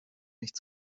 nicht